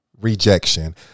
rejection